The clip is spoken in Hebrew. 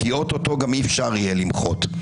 כי או-טו-טו גם אי-אפשר יהיה למחות".